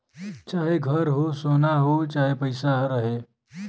चाहे घर हो, सोना हो चाहे पइसा रहे